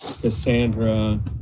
Cassandra